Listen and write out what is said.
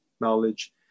knowledge